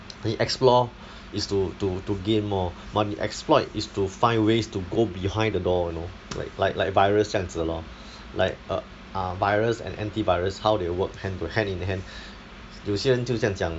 你 explore is to to to gain more but 你 exploit is to find ways to go behind the door you know like like like virus 这样子 lor like ah a virus and anti virus how they work hand to hand in hand 有些人就是这样讲